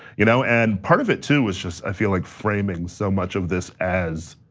you know and part of it too was just i feel like framing so much of this as,